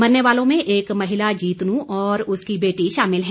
मरने वालों में एक महिला जीतून और उसकी बेटी शामिल है